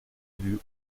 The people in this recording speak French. élus